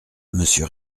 monsieur